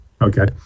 Okay